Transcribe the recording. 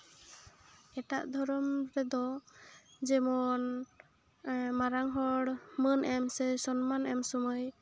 ᱮᱴᱟᱜ ᱫᱷᱚᱨᱚᱢ ᱨᱮᱫᱚ ᱡᱮᱢᱚᱱ ᱢᱟᱨᱟᱝ ᱦᱚᱲ ᱢᱟᱹᱱ ᱮᱢ ᱥᱮ ᱥᱚᱢᱢᱟᱱ ᱮᱢ ᱥᱚᱢᱚᱭ